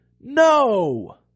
No